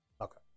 Okay